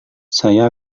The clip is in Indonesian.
saya